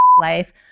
life